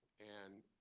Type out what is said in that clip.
and